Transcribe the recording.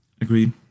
Agreed